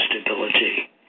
stability